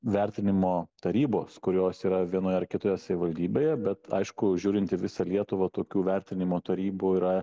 vertinimo tarybos kurios yra vienoje ar kitoje savivaldybėje bet aišku žiūrint į visą lietuvą tokių vertinimo tarybų yra